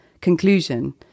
conclusion